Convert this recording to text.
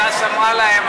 ש"ס אמרה להם,